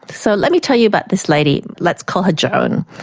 so let me tell you about this lady, let's call her joan.